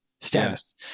status